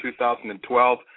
2012 –